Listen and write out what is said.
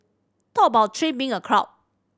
talk about three being a crowd